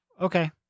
Okay